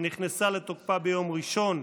שנכנסה לתוקפה ביום ראשון,